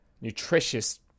nutritious